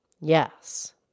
Yes